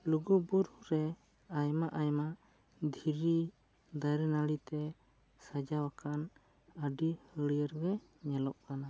ᱞᱩᱜᱩ ᱵᱩᱨᱩ ᱨᱮ ᱟᱭᱢᱟ ᱟᱭᱢᱟ ᱫᱷᱤᱨᱤ ᱫᱟᱨᱮ ᱱᱟᱹᱲᱤ ᱛᱮ ᱥᱟᱡᱟᱣ ᱟᱠᱟᱱ ᱟᱹᱰᱤ ᱦᱟᱹᱨᱭᱟᱹᱲ ᱜᱮ ᱧᱮᱞᱚᱜ ᱠᱟᱱᱟ